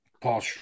Paul